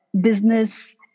business